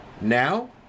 Now